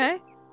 Okay